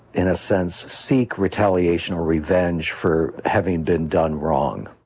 in a sense, seek retaliation or revenge for having been done wrong.